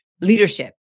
leadership